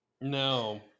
no